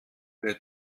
der